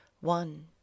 one